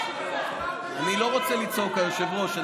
אני לא רוצה לצעוק, היושב-ראש.